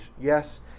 Yes